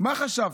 מה חשבתם,